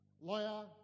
Lawyer